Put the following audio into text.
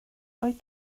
wyt